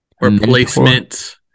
replacement